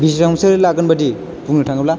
बेसेबांसो लागोन बायदि बुंनो थाङोब्ला